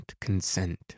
consent